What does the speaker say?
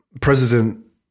President